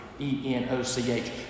E-N-O-C-H